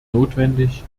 notwendig